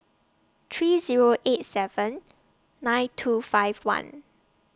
three Zero eight seven nine two five one